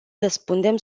răspundem